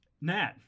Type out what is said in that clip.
Nat